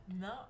No